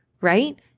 right